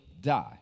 die